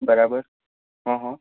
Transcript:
બરાબર હં હં